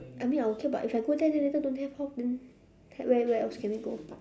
I mean I okay but if I go there then later don't have how then where where else can we go